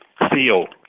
CEO